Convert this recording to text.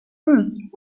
cruised